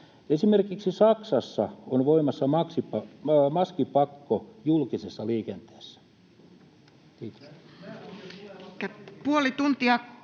Esimerkiksi Saksassa on voimassa maskipakko julkisessa liikenteessä.